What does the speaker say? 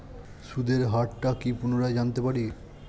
সুদের হার টা কি পুনরায় জানতে পারি?